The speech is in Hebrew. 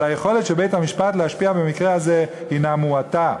אבל היכולת של בית-המשפט להשפיע במקרה הזה היא מועטה.